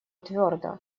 твердо